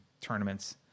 tournaments